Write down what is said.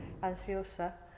ansiosa